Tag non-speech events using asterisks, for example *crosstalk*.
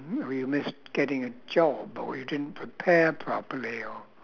*noise* or you missed getting a job or you didn't prepare properly or